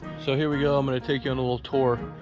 so here we go. i'm going to take you on a little tour,